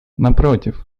напротив